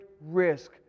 risk